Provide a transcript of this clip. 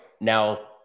Now